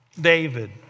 David